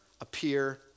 appear